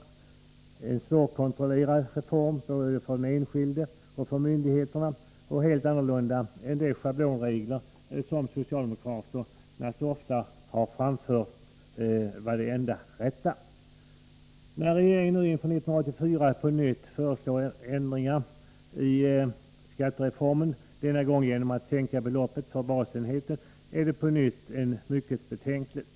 Reformen är svårkontrollerad för den enskilde och för myndigheterna och helt annorlunda än de schablonregler som socialdemokraterna så ofta fört fram som det enda rätta. När regeringen nu inför 1984 på nytt föreslår ändringar i skattereformen — denna gång genom att sänka beloppet för basenheten — är det återigen mycket betänkligt.